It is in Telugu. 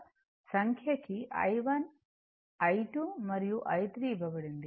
సంఖ్య కి i1 i2 మరియు i3 ఇవ్వబడింది